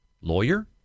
lawyer